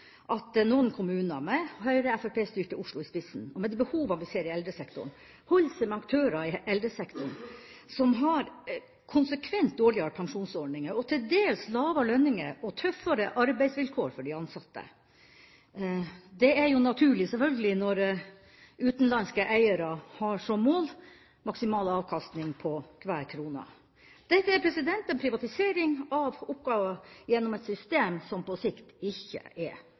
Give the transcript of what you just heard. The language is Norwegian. at noen kommuner, med Høyre–Fremskrittsparti-styrte Oslo i spissen, og med de behovene vi ser i eldresektoren, holder seg med aktører i eldreomsorgen som har konsekvent dårligere pensjonsordninger og til dels lavere lønninger og tøffere arbeidsvilkår for de ansatte. Det er jo naturlig, selvfølgelig, når utenlandske eiere har som mål maksimal avkastning på hver krone. Dette er en privatisering av oppgaver gjennom et system som på sikt ikke er